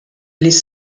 les